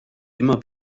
immer